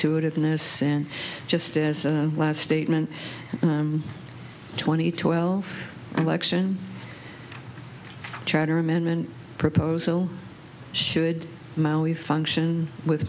to it in a sense just as last statement twenty twelve election chatter amendment proposal should we function with